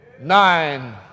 nine